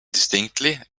distinctly